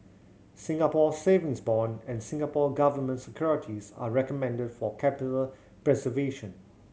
Singapore Savings Bond and Singapore Government Securities are recommended for capital preservation